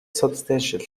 substantial